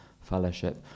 fellowship